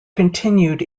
continued